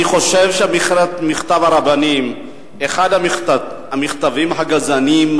אני חושב שמכתב הרבנים הוא אחד המכתבים הגזעניים,